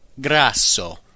grasso